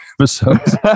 episodes